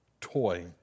Toy